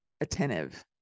attentive